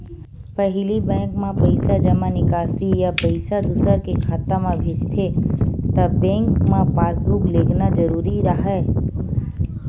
पहिली बेंक म पइसा जमा, निकासी या पइसा दूसर के खाता म भेजथे त बेंक म पासबूक लेगना जरूरी राहय